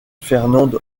fernande